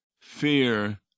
fear